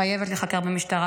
היא חייבת להיחקר במשטרה.